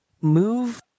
move